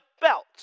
belt